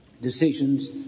decisions